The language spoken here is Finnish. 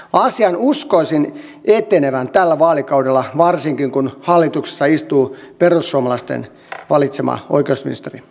asian uskoisin etenevän tällä vaalikaudella varsinkin kun hallituksessa istuu perussuomalaisten valitsema oikeusministeri